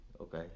Okay